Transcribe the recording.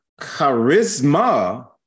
charisma